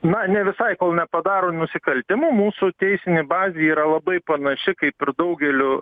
na ne visai kol nepadaro nusikaltimų mūsų teisinė bazė yra labai panaši kaip ir daugelio